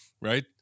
right